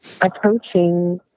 approaching